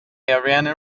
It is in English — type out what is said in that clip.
ariane